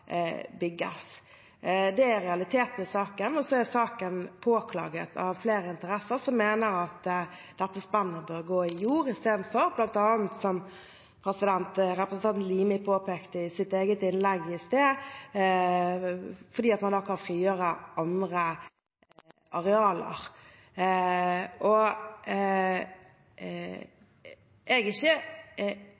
bygges. Det er realiteten i saken, og så er saken påklaget av flere interesser som mener at dette spennet istedenfor bør gå i jord, som bl.a. representanten Limi påpekte i sitt innlegg i sted, fordi man da kan frigjøre andre areal. Jeg er ikke komfortabel med å stå her og